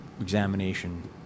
examination